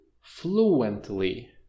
fluently